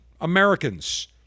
Americans